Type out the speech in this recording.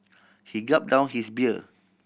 he gulp down his beer